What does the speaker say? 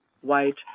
white